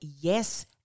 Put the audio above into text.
yes